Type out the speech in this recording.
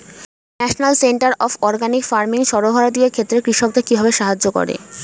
National centre of organic farming সর্বভারতীয় ক্ষেত্রে কৃষকদের কিভাবে সাহায্য করে?